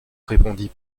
répondit